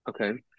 okay